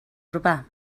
urbà